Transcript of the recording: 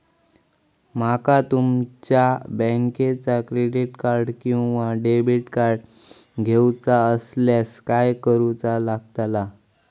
माका तुमच्या बँकेचा क्रेडिट कार्ड किंवा डेबिट कार्ड घेऊचा असल्यास काय करूचा लागताला?